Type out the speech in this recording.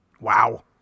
Wow